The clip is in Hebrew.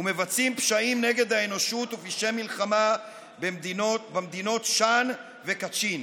ומבצעים פשעים נגד האנושות ופשעי מלחמה במדינות שאן וקצ'ין.